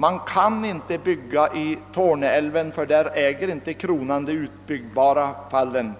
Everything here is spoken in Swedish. Man kan inte bygga i Torneälven, ty där äger inte kronan de utbyggbara fallen.